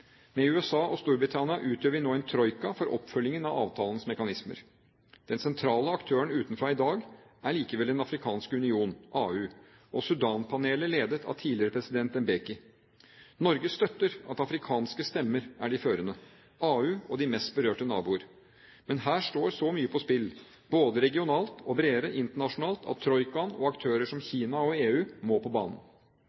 Med USA og Storbritannia utgjør vi nå en troika for oppfølgingen av avtalens mekanismer. Den sentrale aktøren utenfra i dag er likevel Den afrikanske union, AU, og Sudan-panelet ledet av tidligere president Mbeki. Norge støtter at afrikanske stemmer er de førende, AU og de mest berørte naboer. Her står så mye på spill både regionalt og – bredere – internasjonalt, at troikaen og aktører som